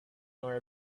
nor